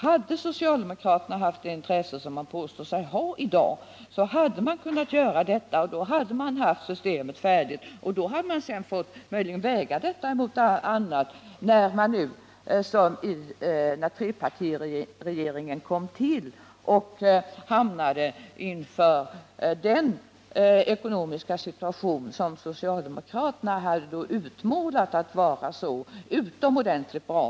Hade socialdemokraterna haft det intresse som man i dag påstår sig ha, så hade man kunnat genomföra förslagen, och då hade vi haft systemet färdigt samt möjligen fått väga detta mot annat, när trepartiregeringen kom till och stod inför den ekonomiska situation som socialdemokraterna hade utmålat som så Nr 141 utomordentligt bra.